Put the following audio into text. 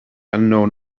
unknown